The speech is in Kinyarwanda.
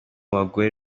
bagore